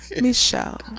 Michelle